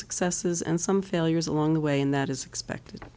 successes and some failures along the way and that is expected